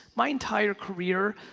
my entire career,